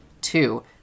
Two